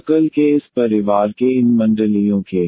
circle के इस परिवार के इन मंडलियों के